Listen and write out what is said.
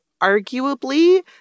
arguably